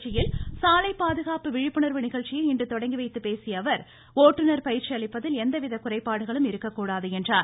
திருச்சியில் சாலை பாதுகாப்பு விழிப்புணர்வு நிகழ்ச்சியை இன்று தொடங்கி வைத்து பேசிய அவர் ஓட்டுநர் பயிற்சி அளிப்பதில் எந்தவித குறைபாடுகளும் இருக்கக்கூடாது என்றார்